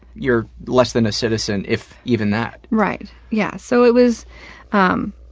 you're less than a citizen. if even that. right. yeah. so it was um,